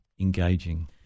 engaging